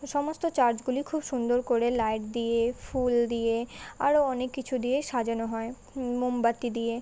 সমস্ত চার্চগুলি খুব সুন্দর করে লাইট দিয়ে ফুল দিয়ে আরো অনেক কিছু দিয়ে সাজানো হয় মোমবাতি দিয়ে